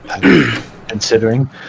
Considering